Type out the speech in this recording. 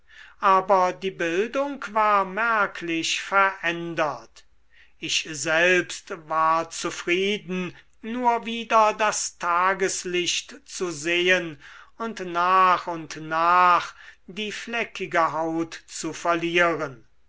aber die bildung war merklich verändert ich selbst war zufrieden nur wieder das tageslicht zu sehen und nach und nach die fleckige haut zu verlieren